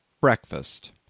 Breakfast